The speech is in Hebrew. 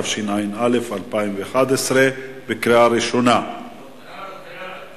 התשע"א 2011. ההצעה להעביר את הצעת חוק המועצה להשכלה גבוהה (תיקון